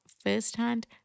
firsthand